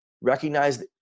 Recognize